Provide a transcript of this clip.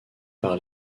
par